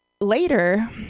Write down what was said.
later